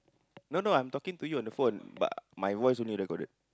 no no I'm not talking to you on the phone but my voice only recorded